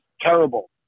terrible